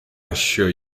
assure